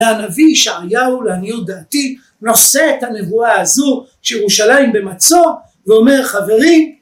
והנביא ישעיהו לעניות דעתי נושא את הנבואה הזו שירושלים במצור ואומר חברים